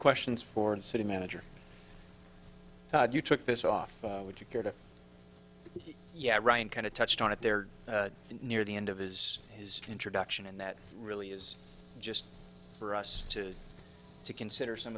questions foreign city manager you took this off would you care to yeah ryan kind of touched on it there near the end of his his introduction and that really is just for us to to consider some